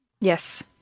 Yes